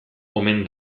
omen